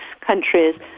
countries